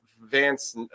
Vance